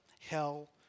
hell